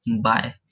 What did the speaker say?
bye